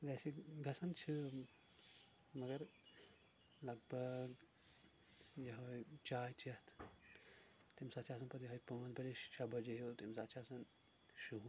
ویٚسے گژھان چھ مَگر لگ بگ یہوٚے چاے چیٚتھ تیٚمہِ ساتہٕ چھ آسان پَتہٕ یِہے پانٛژھ بَجے شیٚے بَجے ہیوٗ تیٚمہِ ساتہٕ چھُ آسان شُہُل